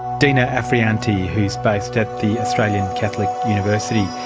dina afrianty is based at the australian catholic university.